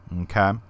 okay